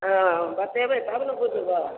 हँ बतेबै तब ने बुझबै